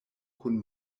kun